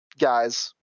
guys